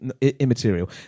immaterial